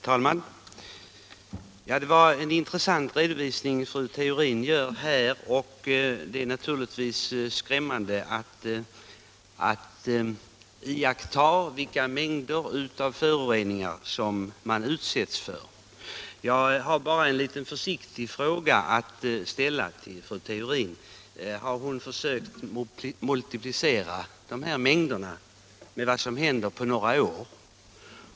Herr talman! Det var en intressant redovisning fru Theorin gjorde, och det är naturligtvis skrämmande att iaktta vilka mängder av föroreningar som man utsätts för. Jag har bara en liten försiktig fråga att ställa till fru Theorin: Har fru Theorin multiplicerat de här mängderna med siffrorna för vad som händer på några år?